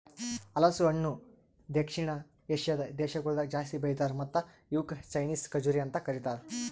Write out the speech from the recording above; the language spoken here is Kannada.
ಹಲಸು ಹಣ್ಣ ದಕ್ಷಿಣ ಏಷ್ಯಾದ್ ದೇಶಗೊಳ್ದಾಗ್ ಜಾಸ್ತಿ ಬೆಳಿತಾರ್ ಮತ್ತ ಇವುಕ್ ಚೈನೀಸ್ ಖಜುರಿ ಅಂತ್ ಕರಿತಾರ್